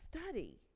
study